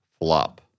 FLOP